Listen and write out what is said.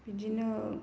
बिदिनो